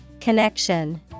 Connection